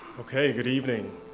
okay, good evening.